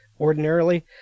ordinarily